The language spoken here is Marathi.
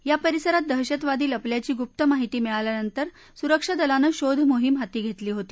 या परिसरात दहशतवादी लपल्याची गुप्त माहिती मिळाल्यानंतर सुरक्षा दलानं शोध मोहिम हाती घेतली होती